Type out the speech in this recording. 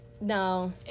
No